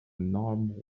enormous